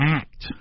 act